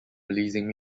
releasing